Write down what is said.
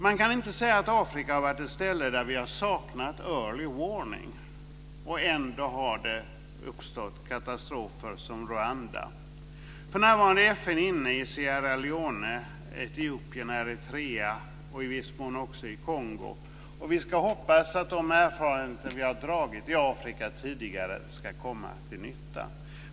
Man kan inte säga att Afrika har varit ett ställe där vi har saknat early warning, och ändå har det uppstått katastrofer som den i Rwanda. För närvarande är FN inne i Sierra Leone, Etiopien, Eritrea och i viss mån också i Kongo, och vi ska hoppas att de erfarenheter vi har gjort i Afrika tidigare ska komma till nytta.